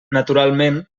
naturalment